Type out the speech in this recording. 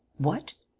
what!